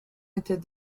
était